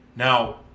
Now